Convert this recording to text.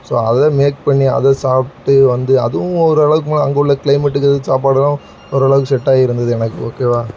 so அதை make பண்ணி அதை சாப்பிட்டு வந்து அதுவும் ஓரளவுக்கு மேலே அங்கே உள்ள க்ளைமேட்டுக்கு அது சாப்பாடுலாம் ஓரளவுக்கு செட் ஆகிருந்தது எனக்கு ஓகேவா